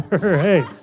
Hey